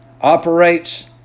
operates